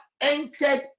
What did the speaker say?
entered